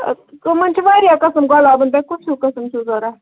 کَمن چھِ وارِیاہ قٕسٕم گۄلابن تۄہہِ کُس ہیوٗ قٕسٕم چھُو ضوٚرَتھ